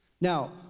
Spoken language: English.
Now